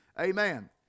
Amen